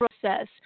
process